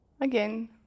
Again